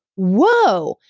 whoa,